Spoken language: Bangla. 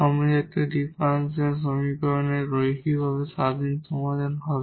হোমোজিনিয়াস ডিফারেনশিয়াল সমীকরণের লিনিয়ারভাবে ইন্ডিপেন্ডেট সমাধান হবে